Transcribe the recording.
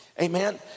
amen